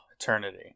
eternity